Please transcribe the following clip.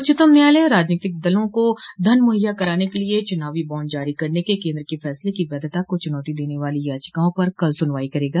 उच्चतम न्यायालय राजनीतिक दलों को धन मुहैया कराने के लिए चुनावी बॉड जारी करने के केन्द्र के फैसले की वैधता को चुनौती देने वाली याचिकाओं पर कल सुनवाई करेगा